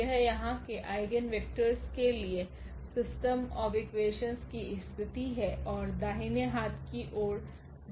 यह यहाँ के आइगेन वेक्टरस के लिए सिस्टम ऑफ़ इक्वेशंस की स्थिति है और दाहिने हाथ की ओर 0 है